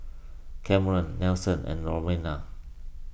Cameron Nelson and Ramona